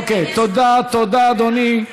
אוקיי, תודה, אדוני.